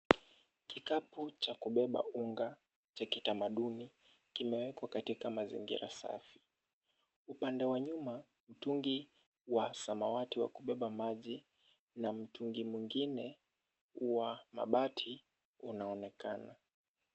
Kikapu cha kubeba unga cha kitamaduni, kimewekwa katika mazingira safi. Upande wa nyuma, mtungi wa samawati wa kubeba maji na mtungi mwingine wa mabati unaonekana.